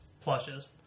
plushes